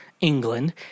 England